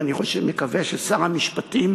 ואני מקווה ששר המשפטים